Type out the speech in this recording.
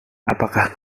apakah